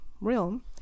realm